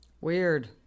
Weird